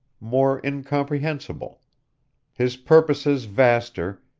more incomprehensible his purposes vaster,